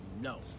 No